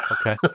Okay